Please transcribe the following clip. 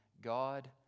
God